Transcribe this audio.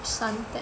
Suntec